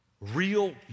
Real